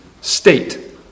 state